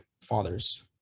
fathers